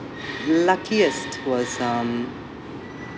luckiest was um